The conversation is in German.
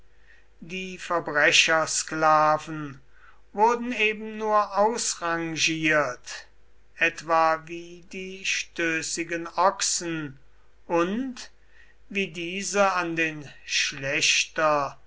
die verbrechersklaven wurden eben nur ausrangiert etwa wie die stößigen ochsen und wie diese an den schlächter